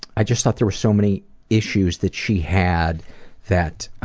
i just thought there were so many issues that she had that